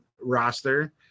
roster